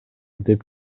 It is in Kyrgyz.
деп